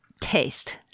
taste